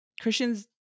Christians